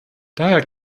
daher